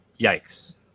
Yikes